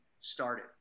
started